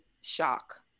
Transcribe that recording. shock